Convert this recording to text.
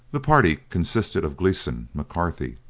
the party consisted of gleeson, mccarthy,